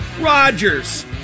Rodgers